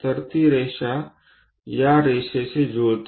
तर ती रेषा या रेषेशी जुळते